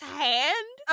hand